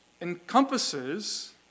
encompasses